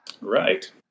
Right